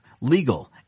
legal